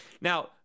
Now